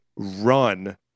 Run